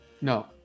No